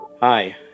Hi